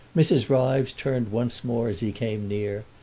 mrs. ryves turned once more as he came near,